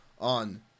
on